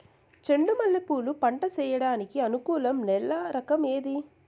చెండు మల్లె పూలు పంట సేయడానికి అనుకూలం నేల రకం ఏది